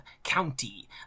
County